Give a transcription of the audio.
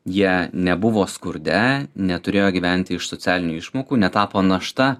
jie nebuvo skurde neturėjo gyventi iš socialinių išmokų netapo našta